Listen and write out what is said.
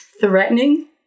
threatening